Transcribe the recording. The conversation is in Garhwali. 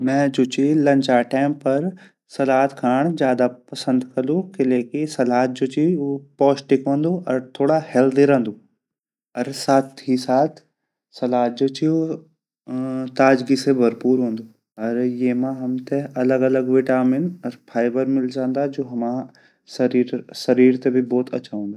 मैं जु ची लंचा टाइम पर सलाद खांड ज़्यादा पसंद करलु किले की सलाद जू ची उ पोस्टिक वोंदु अर थोड़ा हेअल्थी रंदु अर साथ ही साथ सलाद जु ची उ ताज़गी से भरपूर रंदु अर यमा हमते अलग अलग विटामिन अर फाइबर मिल जांदा जु हमा शरीर ते भोत अच्छा वांदा।